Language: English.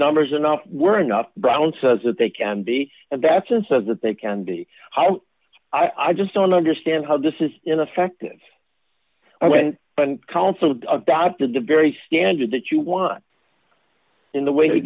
numbers enough were enough brown says that they can be and that's and says that they can be out i just don't understand how this is in effect i went council adopted the very standard that you want in the way